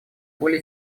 более